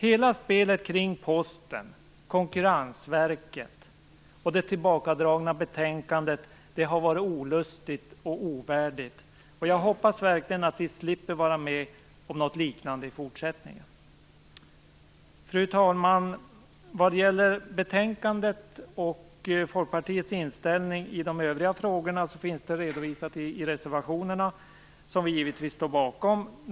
Hela spelet kring Posten och Konkurrensverket och det tillbakadragna betänkandet har varit olustigt och ovärdigt. Jag hoppas verkligen att vi slipper vara med om något liknande i fortsättningen. Fru talman! Vad gäller betänkandet och Folkpartiets inställning i de övriga frågorna finns det redovisat i reservationerna, som vi givetvis står bakom.